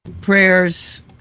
prayers